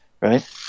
right